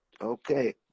Okay